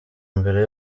mbere